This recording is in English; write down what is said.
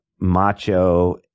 macho